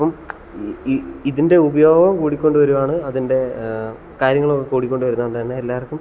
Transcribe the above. അപ്പം ഇതിൻ്റെ ഉപയോഗവും കൂടികൊണ്ട് വരുകയാണ് അതിൻ്റെ കാര്യങ്ങൾ കൂടി കൊണ്ട് വരുന്നത് കൊണ്ട് തന്നെ എല്ലാവർക്കും